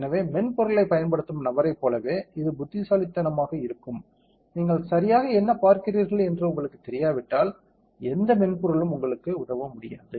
எனவே மென்பொருளைப் பயன்படுத்தும் நபரைப் போலவே இது புத்திசாலித்தனமாக இருக்கும் நீங்கள் சரியாக என்ன பார்க்கிறீர்கள் என்று உங்களுக்குத் தெரியாவிட்டால் எந்த மென்பொருளும் உங்களுக்கு உதவ முடியாது